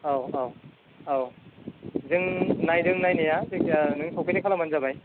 औ औ औ जों नायदों नायनाया जायखिजाया नों सफैनाय खालामबानो जाबाय